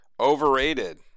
overrated